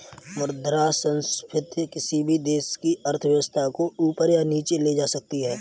मुद्रा संस्फिति किसी भी देश की अर्थव्यवस्था को ऊपर या नीचे ले जा सकती है